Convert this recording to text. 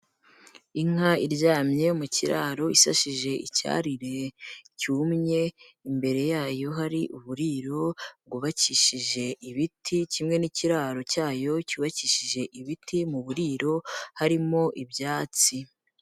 Inka iryamye mu kiraro isashije icyarire cyumye, imbere yayo hari uburiro bwubakishije ibiti, kimwe n'ikiraro cyayo cyubakishije ibiti, mu buriro harimo ibyatsi.